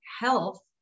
health